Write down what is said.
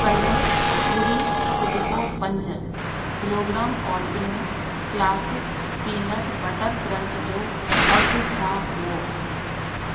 कल्ह ॿुड़ी टुॿिको पंज किलोग्राम ऑलपिनूं क्लासिक पीनट बटर क्रंच जो अघि छा हुओ